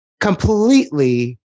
completely